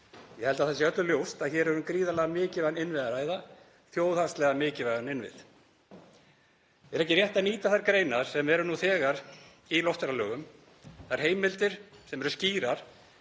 Ég held að það sé öllum ljóst að hér er um gríðarlega mikilvæga innviði að ræða, þjóðhagslega mikilvæga innviði. Er ekki rétt að nýta þær greinar sem eru nú þegar í loftferðalögum, þær heimildir sem eru skýrar?